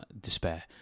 despair